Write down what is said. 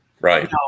Right